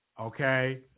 okay